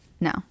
No